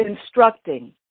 instructing